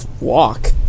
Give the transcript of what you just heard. Walk